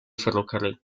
ferrocarril